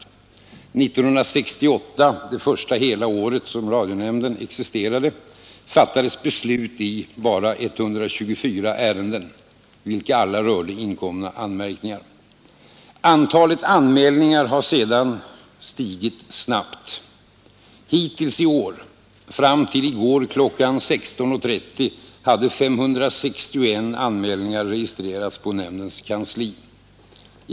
År 1968, det första hela året som radionämnden existerade, fattades beslut i bara 124 ärenden, vilka alla rörde inkomna anmärkningar. Antalet anmälningar har sedan stigit snabbt. Hittills i år fram till i går kl. 16.30 hade 561 anmälningar registrerats på nämndens kansli.